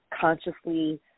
consciously